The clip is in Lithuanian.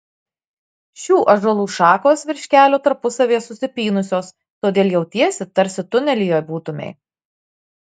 šių ąžuolų šakos virš kelio tarpusavyje susipynusios todėl jautiesi tarsi tunelyje būtumei